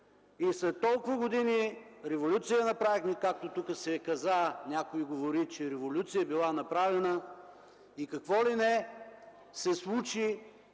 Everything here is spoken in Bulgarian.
След толкова години революция направихме, както тук се каза, някой говори, че революция била направена и какво ли не се случи